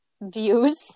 views